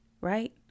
right